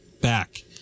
back